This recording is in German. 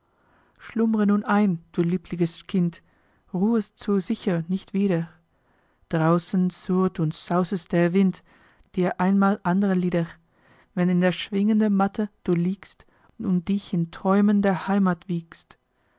schlummre nun ein du liebliches kind ruhest so sicher nicht wieder draußen surret und sauset der wind dir einmal andere lieder wenn in der schwingenden matte du liegst und dich in träumen der heimat wiegst